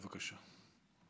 בבקשה.